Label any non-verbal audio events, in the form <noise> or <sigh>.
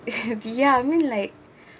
<laughs> ya I mean like